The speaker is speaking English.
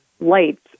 lights